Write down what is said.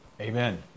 Amen